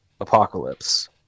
apocalypse